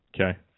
Okay